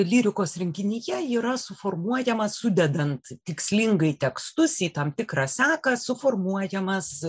lyrikos rinkinyje yra suformuojamas sudedant tikslingai tekstus į tam tikrą seką suformuojamas